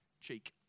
cheek